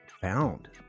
found